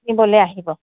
নিবলৈ আহিব